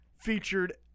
featured